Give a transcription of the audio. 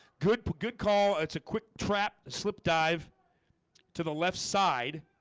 good put good call. it's a quick trap slip dive to the left side